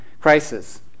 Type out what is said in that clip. crisis